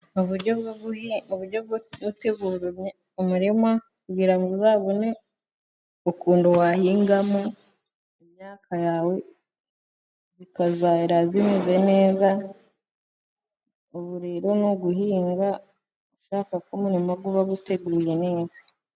Uburyo bwo gutegura umurima kugira ngo uzabone ukuntu wahingamo imyaka yawe, ikazera imeze neza, ubu rero ni uguhinga ushaka ko umurima uba uteguye neza.